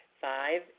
Five